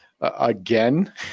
again